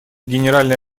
генеральной